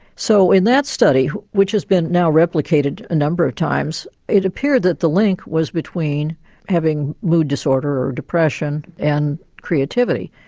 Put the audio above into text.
so in that study, which has been now replicated a number of times, it appeared that the link was between having mood disorder, or depression, and creativity.